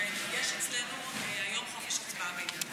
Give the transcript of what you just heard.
שיש אצלנו היום חופש הצבעה בעניין הזה.